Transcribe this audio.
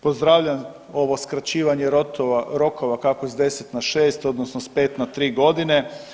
Pozdravljam ovo skraćivanje rokova kako iz 10 na 6 odnosno s 5 na 3 godine.